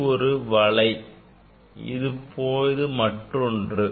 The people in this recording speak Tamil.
இது ஒரு வலை ஆகும் இது மற்றொன்று